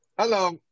Hello